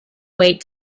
wait